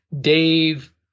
Dave